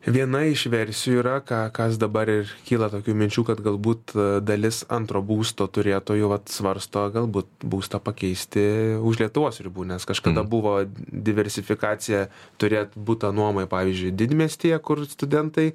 viena iš versijų yra ką kas dabar ir kyla tokių minčių kad galbūt dalis antro būsto turėtojų vat svarsto galbūt būstą pakeisti už lietuvos ribų nes kažkada buvo diversifikacija turėt butą nuomai pavyzdžiui didmiestyje kur studentai